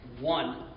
One